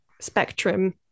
spectrum